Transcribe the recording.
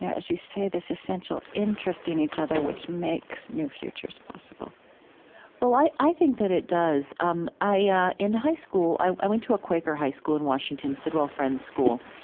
as you say, this essential interest in each other which makes new futures possible well, i i think that it does. um ah in high school i went to a quaker high school in washington, sidwell friends school,